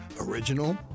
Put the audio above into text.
Original